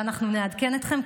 ואנחנו נעדכן אתכם,